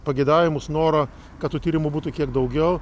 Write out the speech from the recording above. pageidavimus norą kad tų tyrimų būtų kiek daugiau